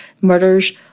murders